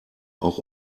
auch